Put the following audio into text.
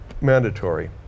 mandatory